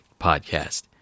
podcast